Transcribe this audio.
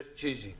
יש צ'יזיק.